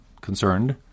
concerned